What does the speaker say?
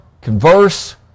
converse